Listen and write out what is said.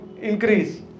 increase